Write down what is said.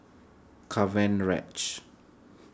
Cavenareach